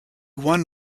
won